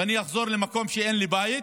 ואני אחזור למקום שאין לי בית,